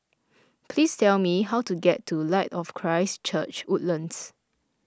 please tell me how to get to Light of Christ Church Woodlands